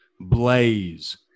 Blaze